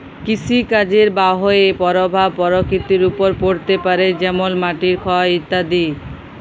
কৃষিকাজের বাহয়ে পরভাব পরকৃতির ওপর পড়তে পারে যেমল মাটির ক্ষয় ইত্যাদি